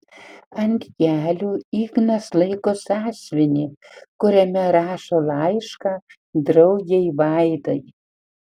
ant kelių ignas laiko sąsiuvinį kuriame rašo laišką draugei vaidai